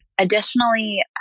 Additionally